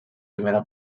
primera